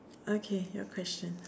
okay your question